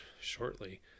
shortly